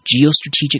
geostrategic